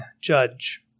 judge